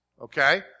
okay